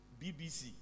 BBC